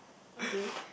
okay